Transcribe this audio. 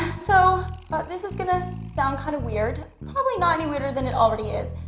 so but this is gonna sound kinda weird. probably not any weirder than it all ready is.